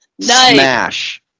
Smash